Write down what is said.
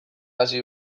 hasi